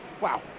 Wow